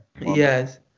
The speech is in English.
yes